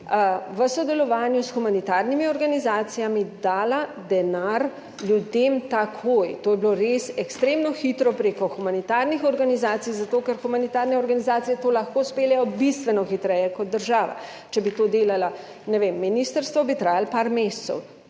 v sodelovanju s humanitarnimi organizacijami, dala denar ljudem takoj. To je bilo res ekstremno hitro preko humanitarnih organizacij, zato ker humanitarne organizacije to lahko speljejo bistveno hitreje kot država, če bi to delala, ne vem, ministrstvo, bi trajalo par mesecev,